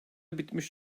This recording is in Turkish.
bitmiş